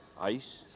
Ice